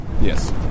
Yes